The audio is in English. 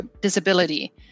disability